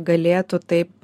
galėtų taip